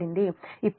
ఇప్పుడు Ia1 Ia2 2Ia0